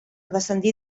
descendir